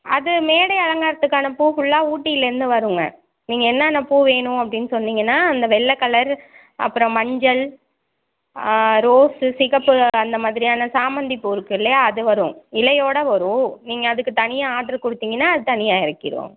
அது மேடை அலங்காரத்துக்கான பூ ஃபுல்லாக ஊட்டிலேருந்து வருங்க நீங்கள் என்னென்ன பூ வேணும் அப்படின்னு சொன்னிங்கன்னால் அந்த வெள்ளை கலரு அப்புறம் மஞ்சள் ரோஸு சிகப்பு அந்த மாதிரியான சாமந்தி பூ இருக்குது இல்லையா அது வரும் இலையோடு வரும் நீங்கள் அதுக்கு தனியாக ஆர்டர் கொடுத்திங்கன்னா அது தனியா இறக்கிருவோம்